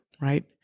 right